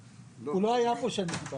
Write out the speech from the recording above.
הוא לא היה פה כשדיברתי.